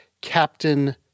Captain